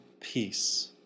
peace